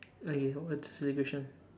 okay what's the silly question